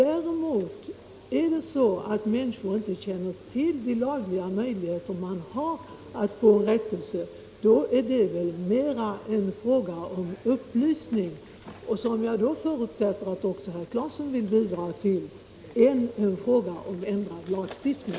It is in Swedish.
Är det däremot så att människor inte känner bilplats till de lagliga möjligheter som finns att få rättelse, då är det väl mera en fråga om upplysning - som jag då förutsätter att också herr Claeson vill bidra till — än en fråga om ändrad lagstiftning.